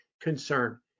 concern